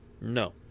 no